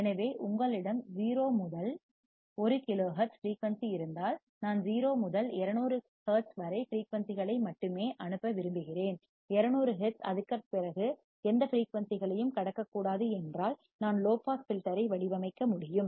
எனவே உங்களிடம் 0 முதல் 1 கிலோஹெர்ட்ஸ் ஃபிரீயூன்சி இருந்தால் நான் 0 முதல் 200 ஹெர்ட்ஸ் வரை ஃபிரீயூன்சிகளை மட்டுமே அனுப்ப விரும்புகிறேன் 200 ஹெர்ட்ஸ் அதற்குப் பிறகு எந்த ஃபிரீயூன்சிகளையும் கடக்கக்கூடாது என்றால் நான் லோ பாஸ் ஃபில்டர் ஐ வடிவமைக்க முடியும்